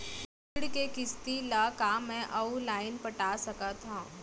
मोर ऋण के किसती ला का मैं अऊ लाइन पटा सकत हव?